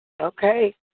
Okay